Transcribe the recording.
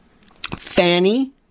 Fanny